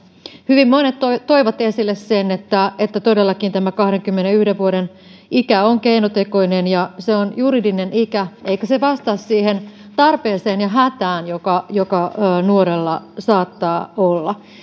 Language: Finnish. hyvin monet toivat toivat esille sen että että todellakin tämä kahdenkymmenenyhden vuoden ikä on keinotekoinen se on juridinen ikä eikä se vastaa siihen tarpeeseen ja hätään joka joka nuorella saattaa olla